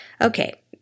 Okay